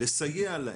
לסייע להם,